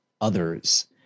others